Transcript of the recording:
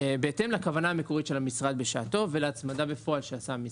בהתאם לכוונה המקורית של המשרד בשעתו ולהצמדה בפועל שעשה המשרד.